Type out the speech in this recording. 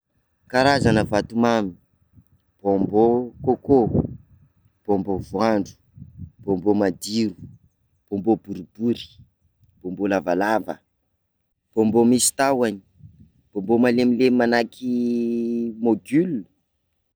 Karazana vatomamy: bonbon coco, bonbon voanjo, bonbon madiro, bonbon boribor, bonbon lavalava, bonbon misy tahony, bonbon malemilemy manahaky mogul.